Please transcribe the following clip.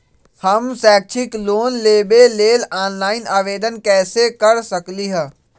हम शैक्षिक लोन लेबे लेल ऑनलाइन आवेदन कैसे कर सकली ह?